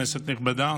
כנסת נכבדה,